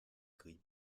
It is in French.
gris